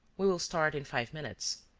we will start in five minutes.